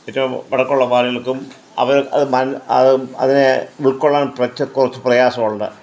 ഏറ്റോം വടക്കുള്ള പാർട്ടികൾക്കും അവർ അത് അത് അത് അതിനെ ഉൾകൊള്ളാൻ പക്ഷേ കുറച്ച് പ്രയാസം ഉണ്ട്